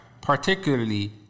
particularly